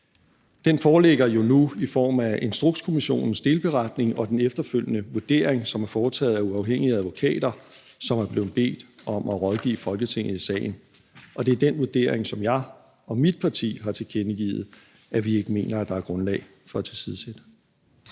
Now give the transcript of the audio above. Den foreligger jo nu i form af Instrukskommissionens delberetning og den efterfølgende vurdering, som er foretaget af uafhængige advokater, som er blevet bedt om at rådgive Folketinget i sagen. Det er den vurdering, som jeg og mit parti har tilkendegivet at vi ikke mener der er grundlag for at tilsidesætte.